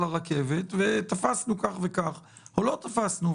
הרכבת ותפסנו כך וכך או לא תפסנו.